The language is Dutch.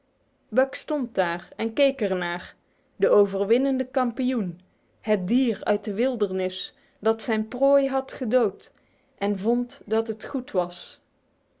stond daar en keek er naar de overwinnende kampioen het dier uit de wildernis dat zijn prooi had gedood en vond dat het goed was